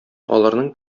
аларның